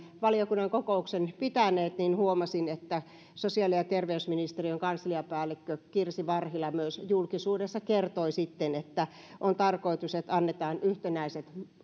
valiokunnan kokouksen pitäneet huomasin että sosiaali ja terveysministeriön kansliapäällikkö kirsi varhila myös julkisuudessa kertoi että on tarkoitus että annetaan yhtenäiset